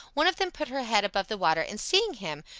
one of them put her head above the water and seeing him,